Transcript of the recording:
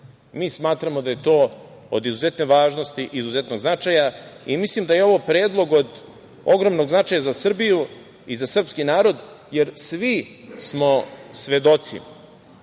smatramo da je to od izuzetne važnosti i izuzetnog značaja. Mislim da je ovo predlog od ogromnog značaja za Srbiju i za srpski narod, jer svi smo svedoci